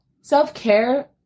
self-care